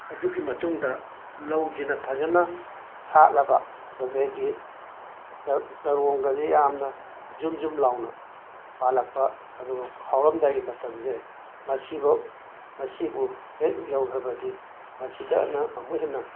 ꯑꯗꯨꯒꯤ ꯃꯇꯨꯡꯗ ꯂꯧꯁꯤꯅ ꯐꯖꯅ ꯁꯥꯠꯂꯕ ꯑꯗꯩꯗꯤ ꯆ ꯆꯔꯣꯡꯒꯁꯦ ꯌꯥꯝꯅ ꯖꯨꯝ ꯖꯨꯝ ꯂꯥꯎꯅ ꯄꯥꯜꯂꯛꯄ ꯑꯗꯨꯒ ꯈꯥꯎꯔꯝꯗꯥꯏ ꯃꯇꯝꯁꯦ ꯃꯁꯤꯐꯧ ꯃꯁꯤꯕꯨ ꯍꯦꯛ ꯌꯧꯈ꯭ꯔꯕꯗꯤ ꯃꯁꯤꯗꯅ ꯑꯃꯨꯛ ꯍꯦꯟꯅ